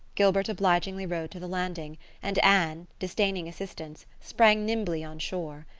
gilbert obligingly rowed to the landing and anne, disdaining assistance, sprang nimbly on shore.